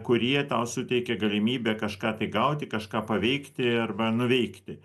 kurie tau suteikia galimybę kažką tai gauti kažką paveikti arba nuveikti